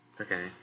Okay